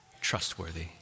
trustworthy